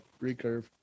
recurve